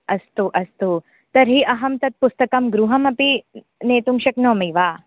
अस्तु अस्तु तर्हि अहं तत् पुस्तकं गृहमपि नेतुं शक्नोमि वा